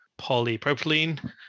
polypropylene